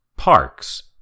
Parks